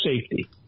safety